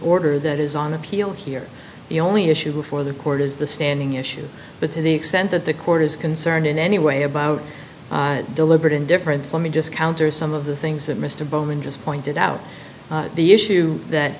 order that is on appeal here the only issue before the court is the standing issue but to the extent that the court is concerned in any way about deliberate indifference let me just counter some of the things that mr bowman just pointed out the issue that